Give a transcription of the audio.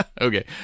Okay